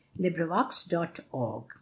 LibriVox.org